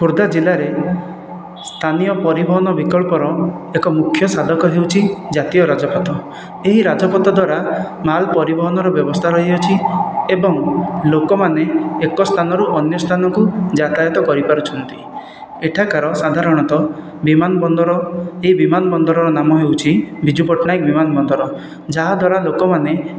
ଖୋର୍ଦ୍ଧା ଜିଲ୍ଲାରେ ସ୍ଥାନୀୟ ପରିବହନ ବିକଳ୍ପର ଏକ ମୁଖ୍ୟ ସାଧକ ହେଉଛି ଜାତୀୟ ରାଜପଥ ଏହି ରାଜପଥ ଦ୍ଵାରା ମାଲ ପରିବହନର ବ୍ୟବସ୍ଥା ରହିଅଛି ଏବଂ ଲୋକମାନେ ଏକ ସ୍ଥାନରୁ ଅନ୍ୟ ସ୍ଥାନକୁ ଯାତାୟତ କରି ପାରୁଛନ୍ତି ଏଠାକାର ସାଧାରଣତଃ ବିମାନବନ୍ଦର ଏ ବିମାନବନ୍ଦରର ନାମ ହେଉଛି ବିଜୁ ପଟ୍ଟନାୟକ ବିମାନବନ୍ଦର ଯାହା ଦ୍ଵାରା ଲୋକମାନେ